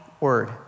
word